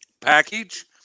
package